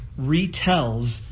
retells